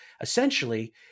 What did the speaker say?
Essentially